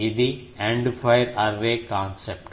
ఇది end fire array concept